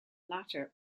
latter